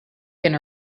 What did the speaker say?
going